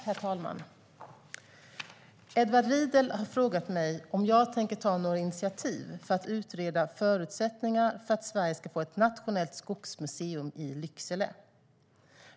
Herr talman! Edward Riedl har frågat mig om jag tänker ta några initiativ för att utreda förutsättningarna för att Sverige ska få ett nationellt skogsmuseum i Lycksele.